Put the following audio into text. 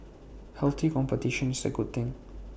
healthy competition is A good thing